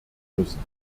müssen